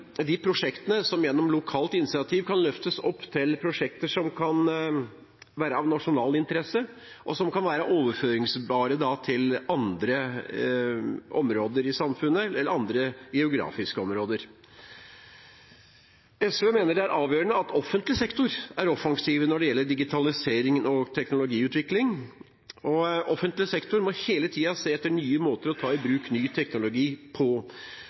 de prosjektene som gjennom lokalt initiativ kan løftes opp til prosjekter som kan være av nasjonal interesse, og som kan være overførbare til andre områder i samfunnet eller andre geografiske områder. SV mener det er avgjørende at offentlig sektor er offensive når det gjelder digitaliseringen og teknologiutviklingen, og offentlig sektor må hele tiden se etter nye måter å ta i bruk ny teknologi på,